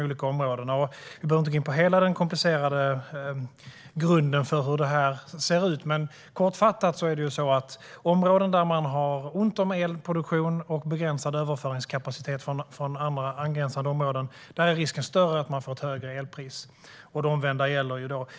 Vi behöver inte gå in på hela den komplicerade grunden för hur det hela ser ut. Men kortfattat är det så att i områden där man ont om elproduktion och begränsad överföringskapacitet från andra angränsande områden är risken större för ett högre elpris, och det omvända gäller också.